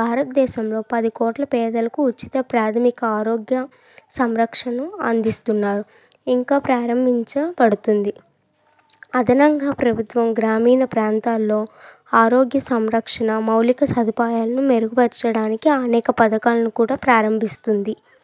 భారత దేశంలో పది కోట్ల పేదలకు ఉచిత ప్రాథమిక ఆరోగ్య సంరక్షణ అందిస్తున్నారు ఇంకా ప్రారంభించ పడుతుంది అదనంగా ప్రభుత్వం గ్రామీణ ప్రాంతాల్లో ఆరోగ్య సంరక్షణ మౌలిక సదుపాయాలను మెరుగుపరచడానికి అనేక పథకాలను కూడా ప్రారంభిస్తుంది